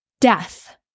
death